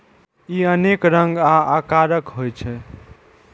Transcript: ई अनेक रंग आ आकारक होइ छै